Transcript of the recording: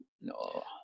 No